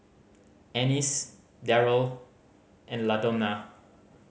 Annice Darold and Ladonna